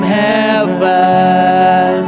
heaven